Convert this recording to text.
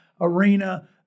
arena